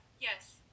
yes